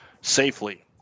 safely